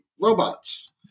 robots